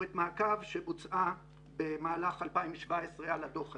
שבוצעה במהלך 2017 על הדוח הזה,